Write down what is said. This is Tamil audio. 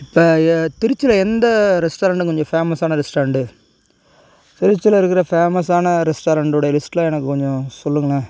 இப்போ திருச்சியில எந்த ரெஸ்டாரண்ட்டு கொஞ்சம் ஃபேமஸான ரெஸ்டாரண்ட்டு திருச்சியில இருக்கிற ஃபேமஸான ரெஸ்டாரண்ட்டுடைய லிஸ்ட்லாம் எனக்கு கொஞ்சம் சொல்லுங்களேன்